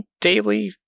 daily